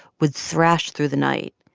would thrash through the night,